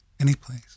anyplace